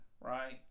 right